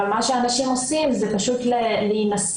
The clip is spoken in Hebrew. אבל מה שאנשים עושים זה פשוט להינשא,